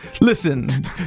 listen